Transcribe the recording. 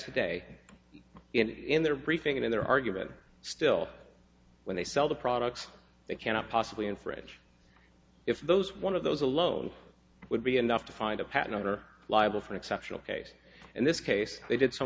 today in their briefing and their argument still when they sell the product they cannot possibly infringe if those one of those alone would be enough to find a patent owner liable for an exceptional case in this case they did so